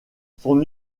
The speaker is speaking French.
son